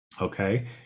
okay